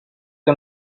que